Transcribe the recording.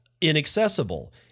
inaccessible